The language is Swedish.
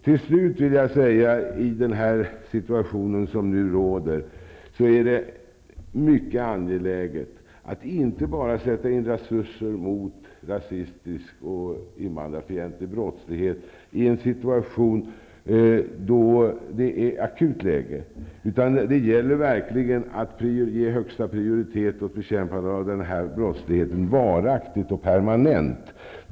Till slut vill jag, i den situation som råder, säga att det är mycket angeläget att inte bara sätta in resurser mot rasistisk och invandrarfientlig brottslighet i ett akut läge. Det gäller verkligen att ge högsta prioritet åt bekämpandet av den här brottsligheten varaktigt och permanent.